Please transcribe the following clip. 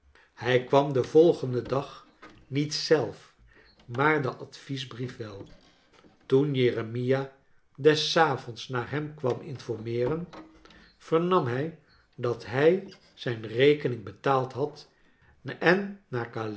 hij kwam den volgenden dag niet zelf maar de advies brief wei toen jeremia des avonds naar hem kwam informeeren vernam hij dat hij zijn rekening betaald had en naar